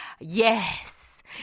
Yes